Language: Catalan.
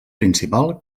principal